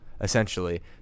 essentially